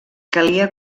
calia